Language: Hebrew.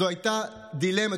זו הייתה דילמה,